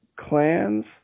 clans